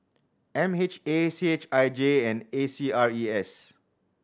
M H A C H I J and A C R E S